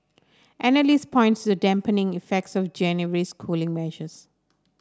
analysts points the dampening effects of January's cooling measures